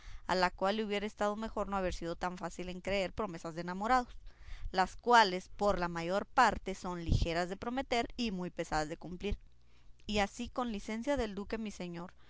a la cual le hubiera estado mejor no haber sido tan fácil en creer promesas de enamorados las cuales por la mayor parte son ligeras de prometer y muy pesadas de cumplir y así con licencia del duque mi señor